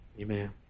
Amen